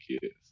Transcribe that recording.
kids